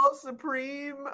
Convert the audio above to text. supreme